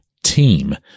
team